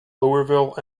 louisville